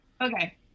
Okay